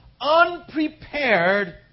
unprepared